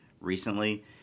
recently